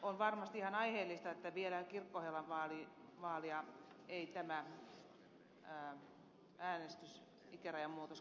on varmasti ihan aiheellista että vielä kirkkoherranvaalia ei tämä äänestysikärajan muutos koske